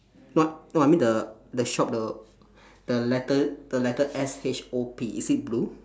not no I mean the the shop the the letter the letter S H O P is it blue